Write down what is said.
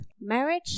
Marriage